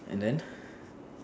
and then